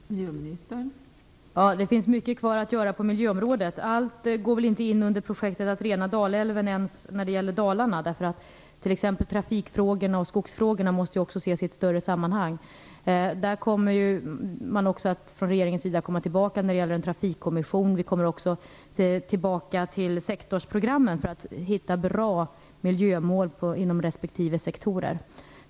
Fru talman! Det finns mycket kvar att göra på miljöområdet. Allt går väl inte in under projektet att rena Dalälven ens i Dalarna. Trafikfrågorna och skogsfrågorna måste ju också ses i ett större sammanhang. Där kommer regeringen att komma tillbaka när det gäller en trafikkommission. Vi kommer också tillbaka till sektorsprogrammen för att hitta bra miljömål inom respektive sektorer.